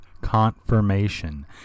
Confirmation